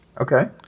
Okay